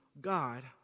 God